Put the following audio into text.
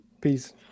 Peace